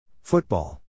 Football